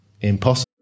impossible